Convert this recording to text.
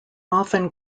often